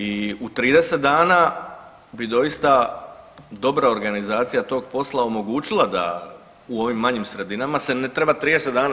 I u 30 dana bi doista dobra organizacija tog posla omogućila da u ovim manjim sredinama se ne treba 30 dana.